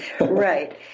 Right